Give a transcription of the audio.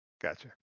Gotcha